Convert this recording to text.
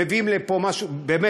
מביאים לפה בשורה,